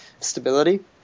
stability